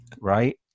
right